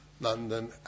London